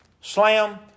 Slam